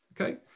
Okay